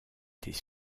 des